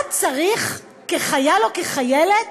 אתה צריך, כחייל או כחיילת,